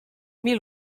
mil